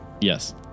Yes